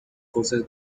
courses